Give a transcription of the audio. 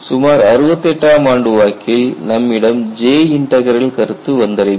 சுமார் 68 ஆம் ஆண்டு வாக்கில் நம்மிடம் J இன்டக்ரல் கருத்து வந்தடைந்தது